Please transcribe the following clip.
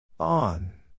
On